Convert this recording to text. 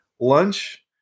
lunch